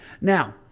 Now